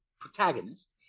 protagonist